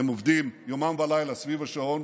הם עובדים יומם ולילה סביב השעון,